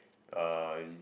uh